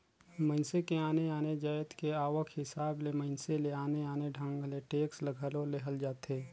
मइनसे के आने आने जाएत के आवक हिसाब ले मइनसे ले आने आने ढंग ले टेक्स घलो लेहल जाथे